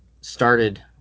started